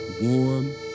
warm